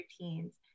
routines